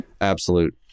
absolute